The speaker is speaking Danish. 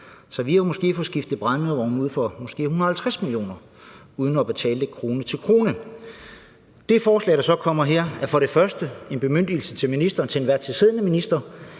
så vi har måske fået skiftet brændeovne ud for 150 mio. kr. uden at betale det krone til krone. Det forslag, der så kommer her, giver en bemyndigelse til den til enhver tid siddende minister